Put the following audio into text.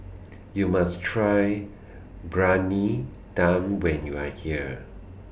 YOU must Try Briyani Dum when YOU Are here